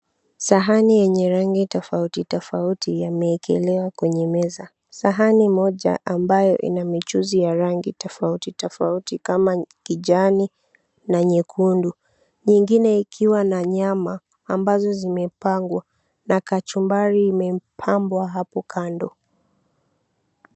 Sahani yenye rangi tofauti tofauti yameekelewa kwenye meza. Sahani moja ambayo ina michuzi ya rangi tofauti tofauti kama kijani na nyekundu, nyingine ikiwa na nyama ambazo zimepangwa na kachumbari imepambwa hapo kando.